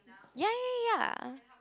ya ya ya